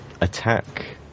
attack